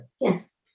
Yes